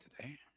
today